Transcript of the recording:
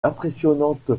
impressionnante